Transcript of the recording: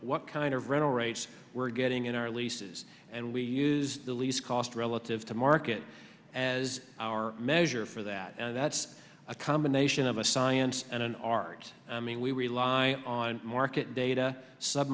what kind of rental rates we're getting in our leases and we use the least cost relative to market as our measure for that and that's a combination of a science and an art i mean we rely on market data sub